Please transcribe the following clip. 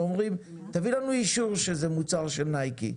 ואומרים: תביא לנו אישור שזה מוצר של נייקי.